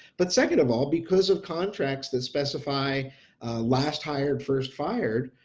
but second of all because of contracts that specify last hired first fired.